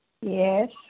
Yes